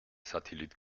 satellit